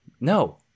No